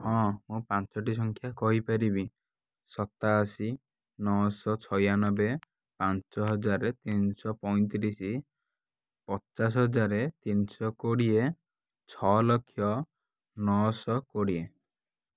ହଁ ମୁଁ ପାଞ୍ଚୋଟି ସଂଖ୍ୟା କହିପାରିବି ସତାଅଶି ନଅଶହ ଛୟାନବେ ପାଞ୍ଚ ହଜାର ତିନିଶହ ପଇଁତିରିଶ ପଚାଶ ହଜାର ତିନିଶହ କୋଡ଼ିଏ ଛଅ ଲକ୍ଷ ନଅଶହ କୋଡ଼ିଏ